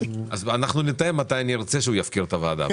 אז אנחנו נתאם מתי אנחנו נרצה שהוא יפקיר את הוועדה,